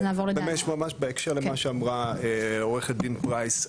ממש ממש בהקשר למה שאמרה עורכת דין פרייס,